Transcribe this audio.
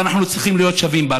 ואנחנו צריכים להיות שווים בה.